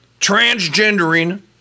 transgendering